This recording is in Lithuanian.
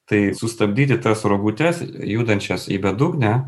tai sustabdyti tas rogutes judančias į bedugnę